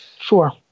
Sure